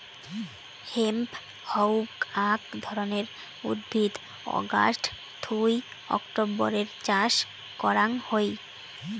hemp হউক আক ধরণের উদ্ভিদ অগাস্ট থুই অক্টোবরের চাষ করাং হই